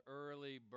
early